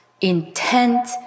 intent